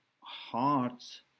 hearts